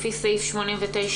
לפי סעיף 89(א).